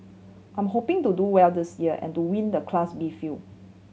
I'm hoping to do well this year and to win the Class B field